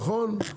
נכון,